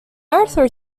arthur